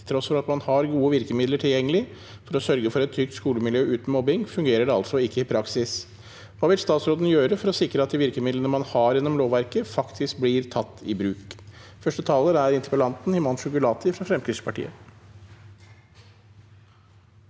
Til tross for at man har gode virkemiddel til- gjengelig for å sørge for et trygt skolemiljø uten mobbing, fungerer det altså ikke i praksis. Hva vil statsråden gjøre for å sikre at de virkemid- lene man har gjennom lovverket, faktisk blir tatt i bruk?» Himanshu Gulati (FrP)